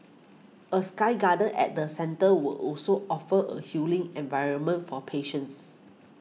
a sky garden at the centre were also offer a healing environment for patience